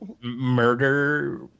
murder